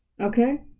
okay